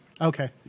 Okay